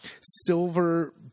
silver